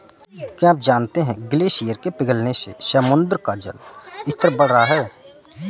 क्या आप जानते है ग्लेशियर के पिघलने से समुद्र का जल स्तर बढ़ रहा है?